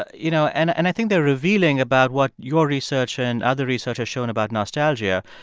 you know, and and i think they're revealing about what your research and other research has shown about nostalgia.